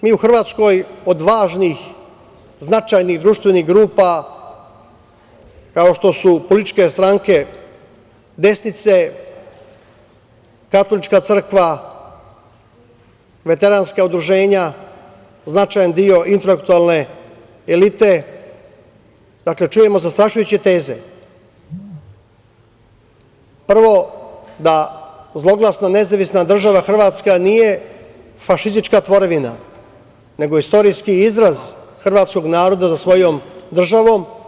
Mi u Hrvatskoj od važnih, značajnih društvenih grupa, kao što su političke stranke desnice, katolička crkva, veteranska udruženja značajan deo infraktualne elite, dakle čujemo zastrašujuće teze, prvo da zloglasna NDH nije fašistička tvorevina, nego istorijski izraz hrvatskog naroda za svojom državom.